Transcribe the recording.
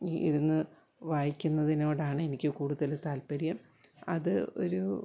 ഇരുന്ന് വായിക്കുന്നതിനോടാണ് എനിക്ക് കൂടുതൽ താൽപര്യം അത് ഒരു